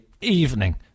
evening